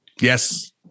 Yes